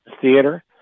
theater